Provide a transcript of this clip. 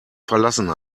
verlassen